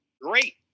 Great